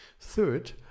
Third